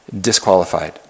disqualified